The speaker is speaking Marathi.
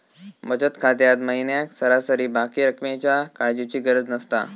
बचत खात्यात महिन्याक सरासरी बाकी रक्कमेच्या काळजीची गरज नसता